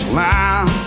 line